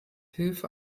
hilfe